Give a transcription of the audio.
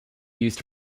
used